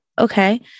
Okay